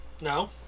No